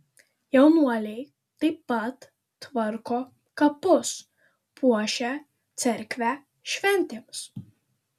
jaunuoliai taip pat tvarko kapus puošia cerkvę šventėms